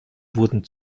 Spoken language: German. wurden